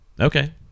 Okay